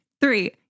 Three